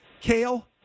Kale